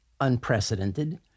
unprecedented